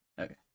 Okay